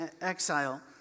exile